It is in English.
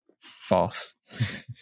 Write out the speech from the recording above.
False